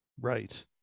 right